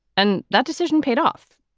and that decision paid off.